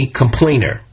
complainer